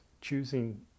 choosing